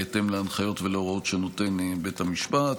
בהתאם להנחיות ולהוראות שנותן בית המשפט.